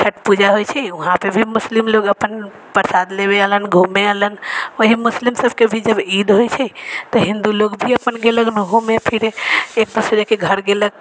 छठ पूजा होइ छै उहाँपर भी मुसलिम लोक अपन प्रसाद लेबे अएलन घूमै अएलन ओहि मुसलिम सबके भी जब ईद होइ छै तऽ हिन्दू लोक भी गेल अपन गेलन घूमै फिरे एक दोसरेके घर गेलक